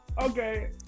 Okay